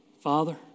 Father